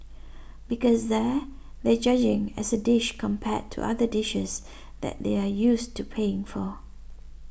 because there they're judging as a dish compared to other dishes that they're used to paying for